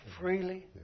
freely